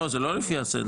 לא, זה לא לפי הסדר.